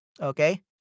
okay